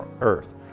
earth